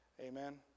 Amen